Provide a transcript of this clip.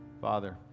father